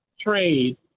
trade